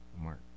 Mark